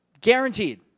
Guaranteed